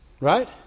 Right